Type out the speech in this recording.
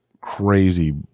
crazy